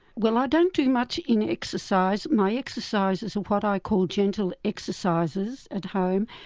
well i don't do much in exercise, my exercise is what i call gentle exercises at home,